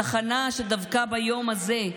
הצחנה שדבקה ביום הזה,